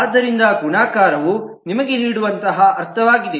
ಆದ್ದರಿಂದ ಗುಣಾಕಾರವು ನಿಮಗೆ ನೀಡುವಂತಹ ಅರ್ಥವಾಗಿದೆ